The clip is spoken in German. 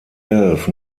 elf